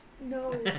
No